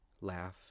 laugh